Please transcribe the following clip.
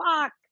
Fuck